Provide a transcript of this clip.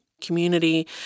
community